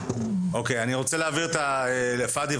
אוקיי אני רוצה להעביר את זכות הדיבור לפאדי,